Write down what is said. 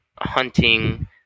hunting